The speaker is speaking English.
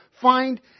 find